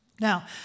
Now